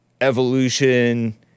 evolution